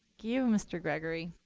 you, mr. gregory.